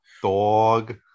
dog